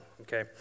okay